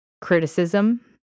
Criticism